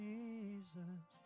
Jesus